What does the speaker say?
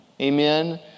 amen